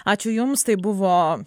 ačiū jums tai buvo